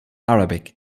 arabic